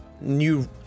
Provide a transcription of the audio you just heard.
new